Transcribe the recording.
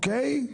אוקיי?